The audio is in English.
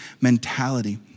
mentality